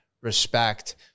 respect